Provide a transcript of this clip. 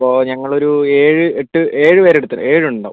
അപ്പോൾ ഞങ്ങളൊരു ഏഴ് എട്ട് ഏഴ് പേർ അടുത്ത് ഏഴ് ഉണ്ടാവും